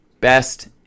best